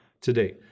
today